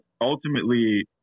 ultimately